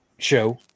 show